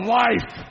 life